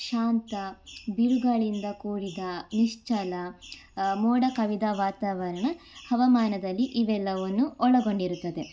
ಶಾಂತ ಬಿರುಗಾಳಿಯಿಂದ ಕೂಡಿದ ನಿಶ್ಚಲ ಮೋಡ ಕವಿದ ವಾತಾವರಣ ಹವಾಮಾನದಲ್ಲಿ ಇವೆಲ್ಲವನ್ನೂ ಒಳಗೊಂಡಿರುತ್ತದೆ